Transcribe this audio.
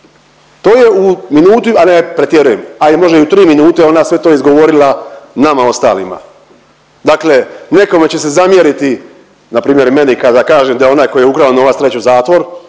To je u minutu, a ne pretjerujem, a možda i u tri minute ona sve to izgovorila nama ostalima. Dakle, nekome će se zamjeriti npr. meni kada kažem da je onaj koji je ukrao novac treba ić u zatvor,